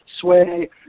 Sway